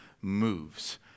moves